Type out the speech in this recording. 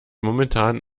momentan